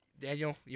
Daniel